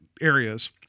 areas